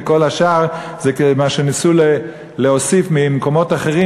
וכל השאר זה מה שניסו להוסיף ממקומות אחרים